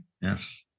Yes